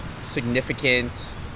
significant